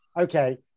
okay